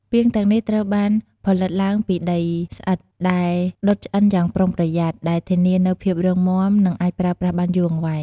ពាងទាំងនេះត្រូវបានផលិតឡើងពីដីស្អិត ដែលដុតឆ្អិនយ៉ាងប្រុងប្រយ័ត្ន ដែលធានានូវភាពរឹងមាំ និងអាចប្រើប្រាស់បានយូរអង្វែង។